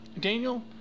Daniel